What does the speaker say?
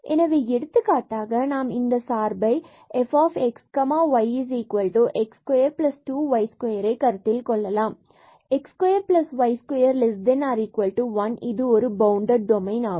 எனவே எடுத்துக்காட்டாக நாம் இந்த சார்பை fxyx22y2ஐ கருத்தில் கொள்ளலாம் மற்றும் x2y2≤1 இது பௌண்டட் டொமைன் ஆகும்